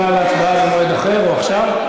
והצבעה במועד אחר או עכשיו?